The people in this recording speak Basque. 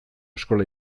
eskola